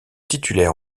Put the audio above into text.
titulaire